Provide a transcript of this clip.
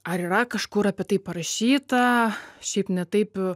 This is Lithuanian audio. ar yra kažkur apie tai parašyta šiaip ne taip